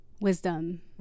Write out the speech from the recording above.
Wisdom